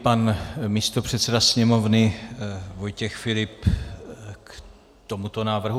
Pan místopředseda sněmovny Vojtěch Filip k tomuto návrhu.